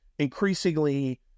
increasingly